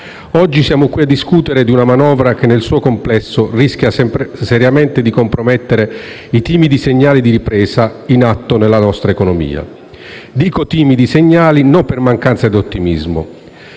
Oggi siamo qui a discutere di una manovra che nel suo complesso rischia seriamente di compromettere i timidi segnali di ripresa in atto della nostra economia. Parlo di timidi segnali, non per mancanza di ottimismo.